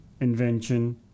invention